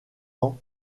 ans